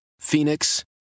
Phoenix